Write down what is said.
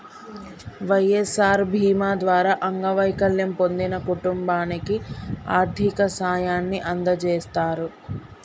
వై.ఎస్.ఆర్ బీమా ద్వారా అంగవైకల్యం పొందిన కుటుంబానికి ఆర్థిక సాయాన్ని అందజేస్తారు